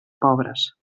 pobres